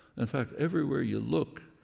in fact, everywhere you look.